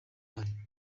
mali